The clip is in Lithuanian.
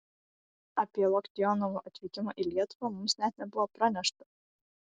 apie loktionovo atvykimą į lietuvą mums net nebuvo pranešta